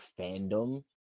fandom